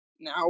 now